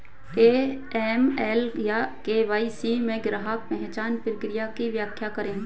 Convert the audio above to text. AML या KYC में ग्राहक पहचान प्रक्रिया की व्याख्या करें?